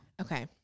okay